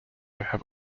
have